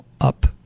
up